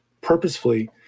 purposefully